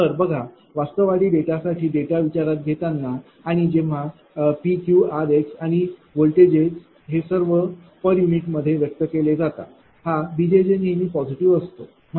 तर बघा वास्तववादी डेटा साठी डेटा विचारात घेताना आणि जेव्हा P Q r x आणि व्होल्टेज हे सर्व पर युनिट मध्ये व्यक्त केले जातात हा B नेहमीच पॉझिटिव असतो बरोबर